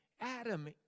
Adam